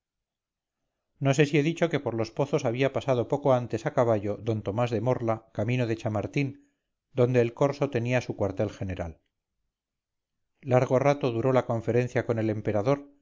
no sé si he dicho que por los pozos había pasado poco antes a caballo d tomás de morla camino de chamartín donde el corso tenía su cuartel general largo rato duró la conferencia con el emperador